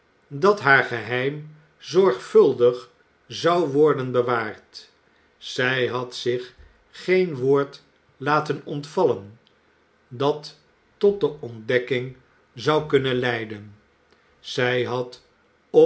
dat haar geheim zorgvuldig zou worden bewaard zij had zich geen woord laten ontvallen dat tot de ontdekking zou kunnen leiden zij had